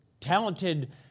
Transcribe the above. talented